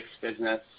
business